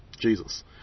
Jesus